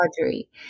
Audrey